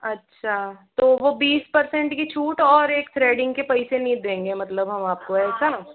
अच्छा तो वो बीस परसेंट की छूट और एक थ्रेडिंग के पैसे नहीं देंगे मतलब हम आपको ऐसा